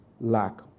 lack